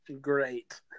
Great